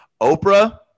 Oprah